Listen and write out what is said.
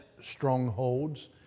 strongholds